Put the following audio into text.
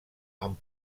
amb